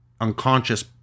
unconscious